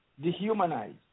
dehumanize